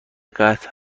قطع